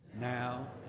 now